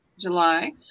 july